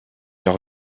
leur